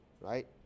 right